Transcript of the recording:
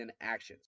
actions